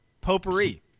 potpourri